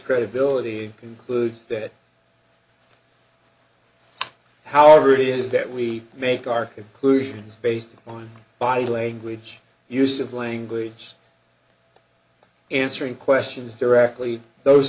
credibility he concludes that how really is that we make our inclusions based on body language use of language answering questions directly those